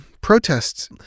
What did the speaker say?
protests